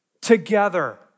together